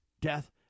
death